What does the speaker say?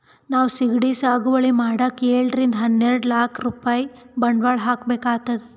ನಾವ್ ಸಿಗಡಿ ಸಾಗುವಳಿ ಮಾಡಕ್ಕ್ ಏಳರಿಂದ ಹನ್ನೆರಡ್ ಲಾಕ್ ರೂಪಾಯ್ ಬಂಡವಾಳ್ ಹಾಕ್ಬೇಕ್ ಆತದ್